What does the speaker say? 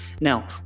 Now